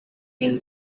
male